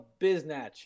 biznatch